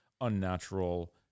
unnatural